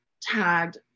tagged